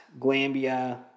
Glambia